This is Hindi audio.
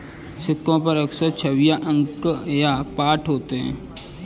सिक्कों पर अक्सर छवियां अंक या पाठ होते हैं